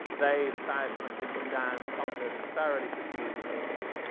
they, the south must be put down, conquered and thoroughly subdued if need be.